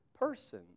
person